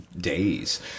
days